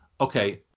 okay